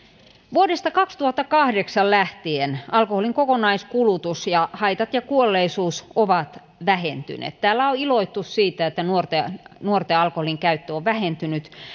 vuodesta kaksituhattakahdeksan lähtien alkoholin kokonaiskulutus ja haitat ja kuolleisuus ovat vähentyneet täällä on iloittu siitä että nuorten alkoholinkäyttö on vähentynyt